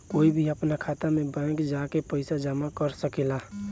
कोई भी आपन खाता मे बैंक जा के पइसा जामा कर सकेला